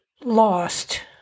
lost